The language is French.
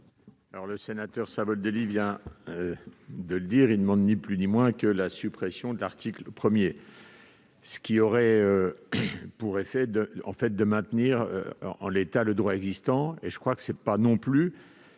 commission ? M. Savoldelli vient de le dire, il demande ni plus ni moins que la suppression de l'article 1. Or cela aurait pour effet de maintenir en l'état le droit existant, ce qui n'est pas non plus